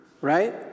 right